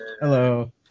Hello